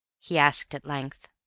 he asked at length.